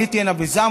עליתי הנה בזעם,